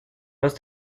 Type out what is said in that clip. más